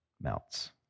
melts